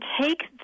take